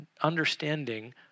understanding